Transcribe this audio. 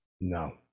No